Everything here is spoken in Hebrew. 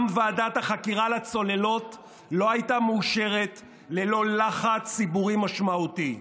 גם ועדת החקירה לצוללות לא הייתה מאושרת ללא לחץ ציבורי משמעותי.